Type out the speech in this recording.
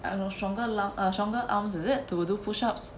I don't know stronger lung a stronger arms is it to do push ups